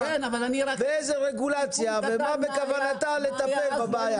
ואיזה רגולציה ומה בכוונתה לטפל בבעיה.